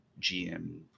gm